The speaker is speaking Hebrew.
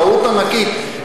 טעות ענקית,